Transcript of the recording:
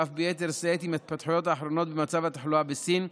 ואף ביתר שאת עם ההתפתחויות האחרונות במצב התחלואה בסין,